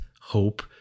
hope